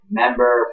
member